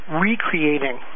recreating